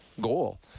goal